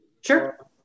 Sure